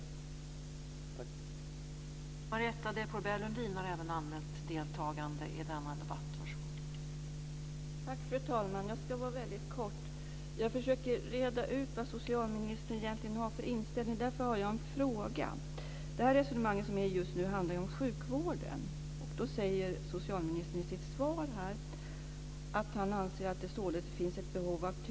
Tack!